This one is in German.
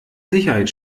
sicherheit